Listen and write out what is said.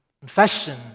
confession